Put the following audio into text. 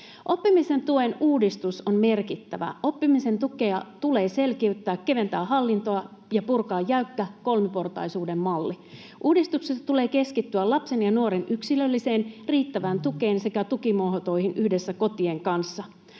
Oppimisen tuen uudistus on merkittävä. Oppimisen tukea tulee selkiyttää, keventää hallintoa ja purkaa jäykkä kolmiportaisuuden malli. Uudistuksessa tulee keskittyä lapsen ja nuoren yksilölliseen, riittävään tukeen sekä tukimuotoihin yhdessä kotien kanssa.